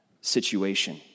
situation